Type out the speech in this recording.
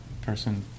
person